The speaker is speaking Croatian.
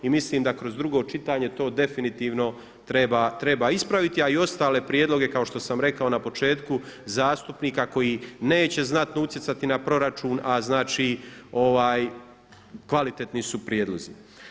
I mislim da kroz drugo čitanje to definitivno treba ispraviti a i ostale prijedloge kao što sam rekao na početku zastupnika koji neće znatno utjecati na proračun a znači kvalitetni su prijedlozi.